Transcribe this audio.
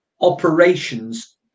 operations